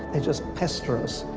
they just pester us,